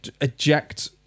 eject